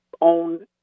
own